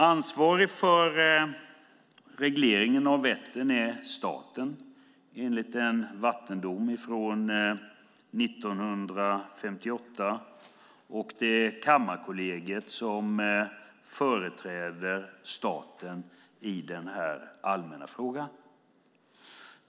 Ansvarig för regleringen av Vättern är staten, enligt en vattendom från 1958, och det är Kammarkollegiet som företräder staten i den här allmänna frågan.